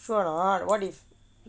sure or not what if